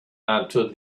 answered